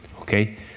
Okay